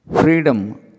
Freedom